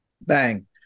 Bang